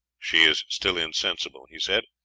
she is still insensible, he said,